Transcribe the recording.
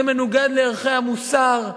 זה מנוגד לערכי המוסר,